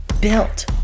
built